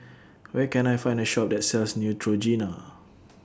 Where Can I Find A Shop that sells Neutrogena